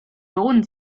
tone